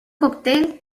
cóctel